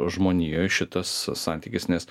žmonijoj šitas santykis nes